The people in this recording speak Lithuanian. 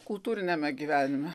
kultūriniame gyvenime